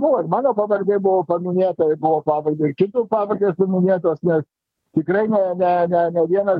buvo ir mano pavardė buvo paminėta ir buvo pabaigai ir kitų pavardės paminėtos nes tikrai ne ne ne vienas